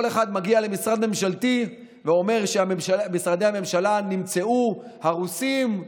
כל אחד מגיע למשרד ממשלתי ואומר שמשרדי הממשלה נמצאו הרוסים.